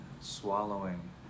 swallowing